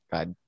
God